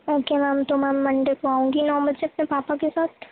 okay ma'am تو میں Monday کو آؤں گی نو بجے اپنے پاپا کے ساتھ